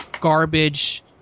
garbage